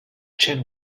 chen